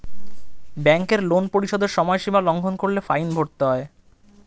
ব্যাংকের লোন পরিশোধের সময়সীমা লঙ্ঘন করলে ফাইন ভরতে হয়